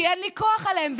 כי לי אין כוח עליהם.